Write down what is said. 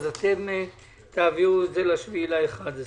תעבירו את זה ל-7.11.